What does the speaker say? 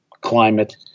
climate